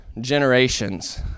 generations